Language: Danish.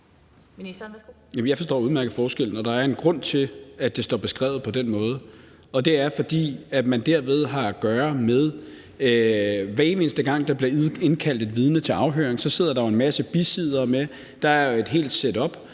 Jeg forstår udmærket forskellen, og der er en grund til, at det står beskrevet på den måde. Hver evig eneste gang der bliver indkaldt et vidne til afhøring, sidder der jo en masse bisiddere med – der er jo et helt setup